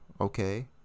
okay